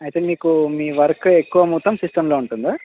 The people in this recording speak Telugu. అయితే మీకు మీ వర్క్ ఎక్కువ మొత్తం సిస్టమ్లో ఉంటుందా